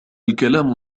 الكلام